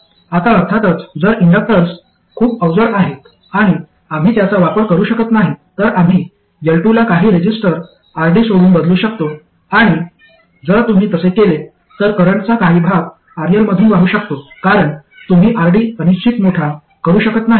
आता अर्थातच जर इंडक्टर्स खूप अवजड आहेत आणि आम्ही त्यांचा वापर करू शकत नाही तर आम्ही L2 ला काही रेझिस्टर RD सोबत बदलू शकतो आणि जर तुम्ही तसे केले तर करंटचा काही भाग RL मधून वाहू शकतो कारण तुम्ही RD अनिश्चित मोठा करू शकत नाही